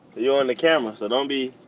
you're on the camera, so don't be.